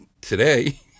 today